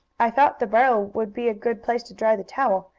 i thought the barrel would be a good place to dry the towel.